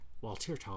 Walter